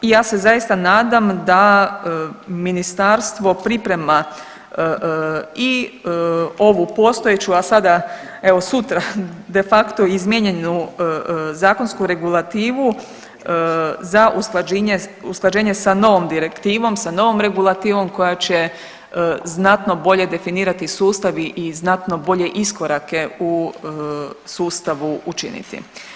I ja se zaista nadam da ministarstvo priprema i ovu postojeću, a sada evo sutra de facto izmijenjenu zakonsku regulativu za usklađenje sa novom direktivom, sa novom regulativom koja će znatno bolje definirati sustav i znatno bolje iskorake u sustavu učiniti.